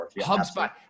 hubspot